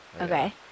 Okay